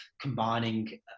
combining